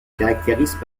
caractérisent